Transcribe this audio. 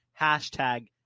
hashtag